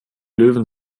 löwen